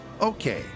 Okay